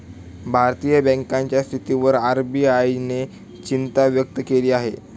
भारतीय बँकांच्या स्थितीवर आर.बी.आय ने चिंता व्यक्त केली आहे